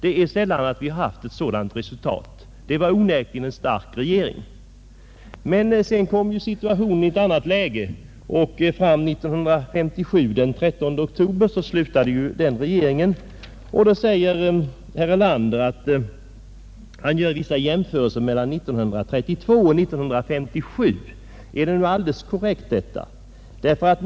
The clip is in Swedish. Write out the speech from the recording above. Vi har sällan fått uppleva något sådant, och det var onekligen en stark regering. Men sedan blev det ett annat läge. Den 13 oktober 1957 avgick den regeringen. Herr Erlander gör vissa jämförelser mellan 1932 och 1957. Är det alldeles korrekt att göra så?